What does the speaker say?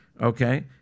okay